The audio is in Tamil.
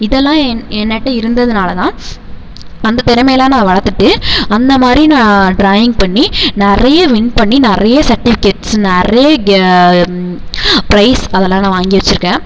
இதெல்லாம் என் என்கிட்ட இருந்ததனாலதான் அந்த திறமையெல்லாம் நான் வளர்த்துட்டு அந்த மாதிரி நான் ட்ராயிங் பண்ணி நிறைய வின் பண்ணி நிறைய சர்ட்டிஃபிக்கேட்ஸ் நிறைய கே ப்ரைஸ் அதெல்லாம் நான் வாங்கி வச்சிருக்கேன்